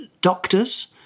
doctors